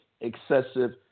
excessive